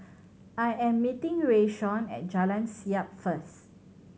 I am meeting Rayshawn at Jalan Siap first